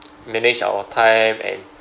manage our time and